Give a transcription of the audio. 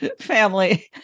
family